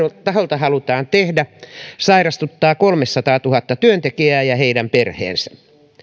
taholta halutaan tehdä on sairastuttaa kolmesataatuhatta työntekijää ja heidän perheensä